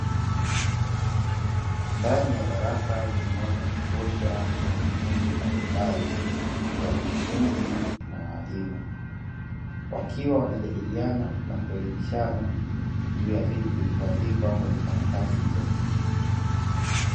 Ndani ya darasa lenye mwanga wa kutosha, kuna makundi mbalimbali ya wanafunzi na walimu, wakiwa wanajadiliana na kuelimishana juu ya vitu vilivyoandikwa kwenye karatasi jeupe.